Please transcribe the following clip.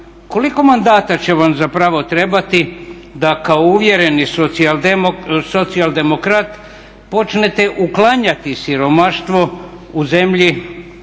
koliko mandata će vam zapravo trebate da kao uvjereni socijaldemokrat počnete uklanjati siromaštvo u zemlji